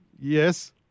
Yes